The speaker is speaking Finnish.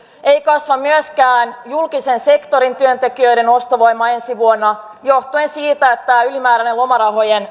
ei kasva myöskään julkisen sektorin työntekijöiden ostovoima ensi vuonna johtuen siitä että ylimääräistä lomarahojen